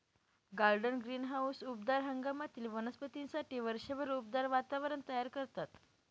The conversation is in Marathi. गार्डन ग्रीनहाऊस उबदार हंगामातील वनस्पतींसाठी वर्षभर उबदार वातावरण तयार करतात